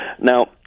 Now